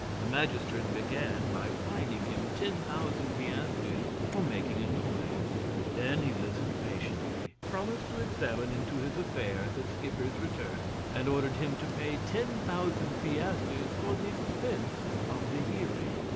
the magistrate began by fining him ten thousand piastres for making a noise then he listened patiently, promised to examine into his affair at the skipper's return, and ordered him to pay ten thousand piastres for the expense of the hearing.